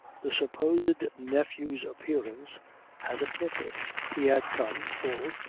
the supposed nephew's appearance had a purpose. he had come, full,